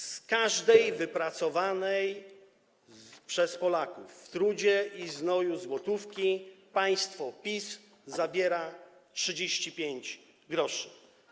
Z każdej wypracowanej przez Polaków w trudzie i znoju złotówki państwo PiS zabiera 35 gr.